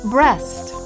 Breast